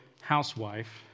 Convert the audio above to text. housewife